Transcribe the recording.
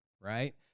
Right